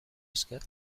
esker